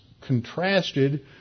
contrasted